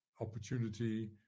opportunity